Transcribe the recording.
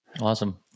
Awesome